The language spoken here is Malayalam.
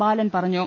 ബാലൻ പറഞ്ഞു